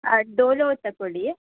ಅ Dolo ತಕೊಳ್ಳಿ